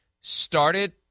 Started